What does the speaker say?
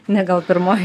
ne gal pirmoji